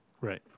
Right